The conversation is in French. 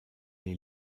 les